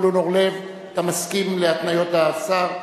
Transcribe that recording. חבר הכנסת זבולון אורלב, אתה מסכים להתניות השר?